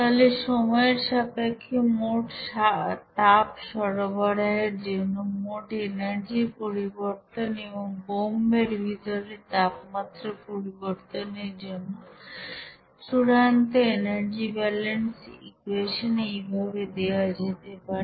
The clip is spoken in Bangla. তাহলে সময়ের সাপেক্ষে মোট তাপ সরবরাহের জন্য মোট এনার্জির পরিবর্তন এবং বোম্ব এর ভিতরের তাপমাত্রা পরিবর্তনের জন্য চূড়ান্ত এনার্জি ব্যলেন্স ইকুয়েশন এইভাবে দেওয়া যেতে পারে